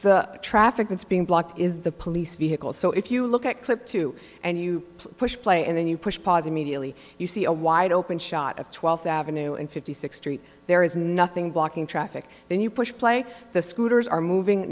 the traffic that's being blocked is the police vehicle so if you look at clip two and you push play and then you push pozzi mediately you see a wide open shot of twelfth avenue and fifty six street there is nothing blocking traffic then you push play the scooters are moving